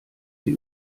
sie